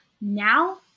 Now